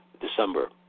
december